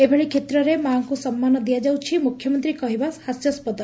ଏଭଳି କ୍ଷେତ୍ରରେ ମାଙ୍କୁ ସମ୍ମାନ ଦିଆଯାଉଛି ମୁଖ୍ୟମନ୍ତୀ କହିବା ହାସ୍ୟସ୍ସଦ